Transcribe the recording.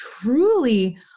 truly